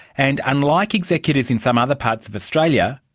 and unlike executors in some other parts of australia,